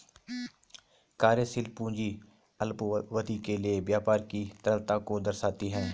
कार्यशील पूंजी अल्पावधि के लिए व्यापार की तरलता को दर्शाती है